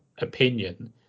opinion